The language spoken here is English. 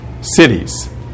cities